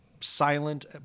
silent